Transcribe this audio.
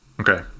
Okay